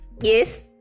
Yes